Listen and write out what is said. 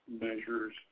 measures